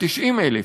90,000,